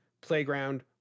playground